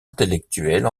intellectuelle